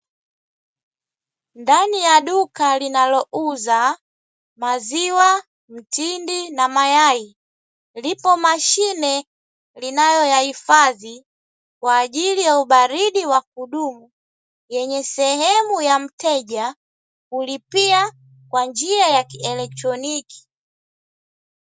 Ndani ya duka linalouza maziwa, mtindi na mayai, lipo mashine linayoyahifadhi kwa ajili ya ubaridi wa kudumu, yenye sehemu ya mteja kulipia kwa njia ya kielektroniki.